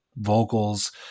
vocals